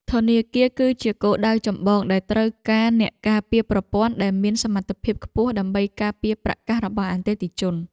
ធនាគារ គឺជាគោលដៅចម្បងដែលត្រូវការអ្នកការពារប្រព័ន្ធដែលមានសមត្ថភាពខ្ពស់ដើម្បីការពារប្រាក់កាសរបស់អតិថិជន។